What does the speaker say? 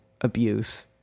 abuse